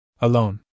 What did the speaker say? Alone